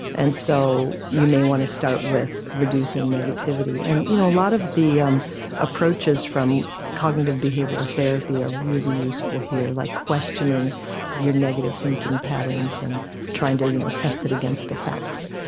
and so you may want to start with reducing negativity. and you know a lot of the um approaches from cognitive behavioural therapy are really useful here, like questioning your negative thinking patterns and trying to you know test it against the facts.